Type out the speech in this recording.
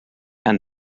and